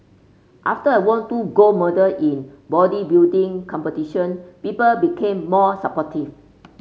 after I won two gold medal in bodybuilding competition people became more supportive